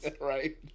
Right